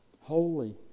holy